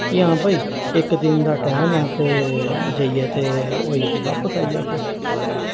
जां भाई इक दिन दा टैम ऐ ते जाइयै ते होइयै ते बापस आई जाह्गे